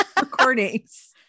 recordings